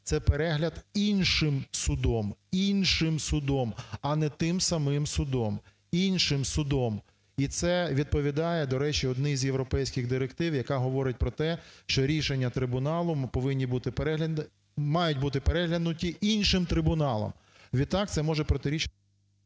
це перегляд іншим судом, іншим судом, а не тим самим судом, – іншим судом. І це відповідає, до речі, одній з європейських директив, яка говорить про те, що рішення трибуналу мають бути переглянуті іншим трибуналом. Відтак це може протирічити…